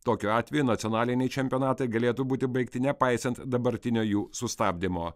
tokiu atveju nacionaliniai čempionatai galėtų būti baigti nepaisant dabartinio jų sustabdymo